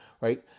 Right